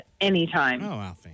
anytime